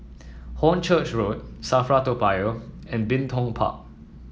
Hornchurch Road Safra Toa Payoh and Bin Tong Park